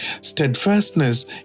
steadfastness